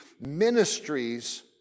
ministries